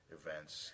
events